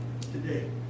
today